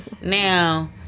Now